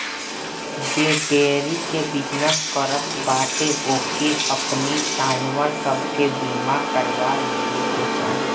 जे डेयरी के बिजनेस करत बाटे ओके अपनी जानवर सब के बीमा करवा लेवे के चाही